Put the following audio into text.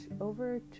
over